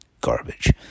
garbage